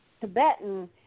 Tibetan